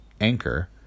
anchor